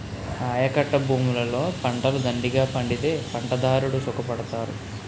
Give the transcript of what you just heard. ఆయకట్టభూములలో పంటలు దండిగా పండితే పంటదారుడు సుఖపడతారు